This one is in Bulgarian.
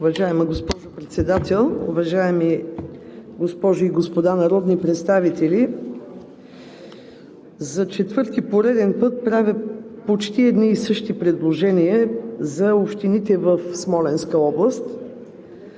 Уважаема госпожо Председател, уважаеми госпожи и господа народни представители! За четвърти пореден път правя почти едни и същи предложения за общините в Смолянска област